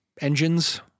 engines